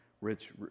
rich